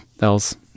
else